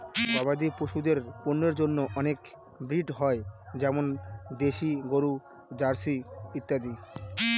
গবাদি পশুদের পন্যের জন্য অনেক ব্রিড হয় যেমন দেশি গরু, জার্সি ইত্যাদি